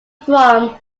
from